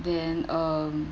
then um